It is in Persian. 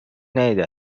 ندیده